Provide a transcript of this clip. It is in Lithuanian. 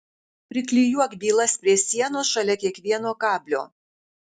priklijuok bylas prie sienos šalia kiekvieno kablio